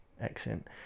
accent